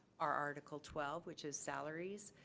our article twelve, which is salaries.